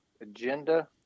agenda